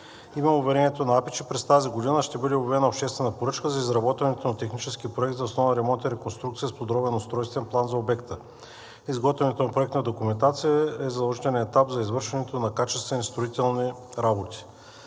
Имам уверението на АПИ, че през тази година ще бъде обявена обществена поръчка за изработването на технически проект за основен ремонт и реконструкция с подробен устройствен план за обекта. Изготвянето на проектна документация е задължителен етап за извършването на качествени строителни работи.